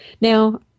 Now